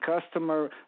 customer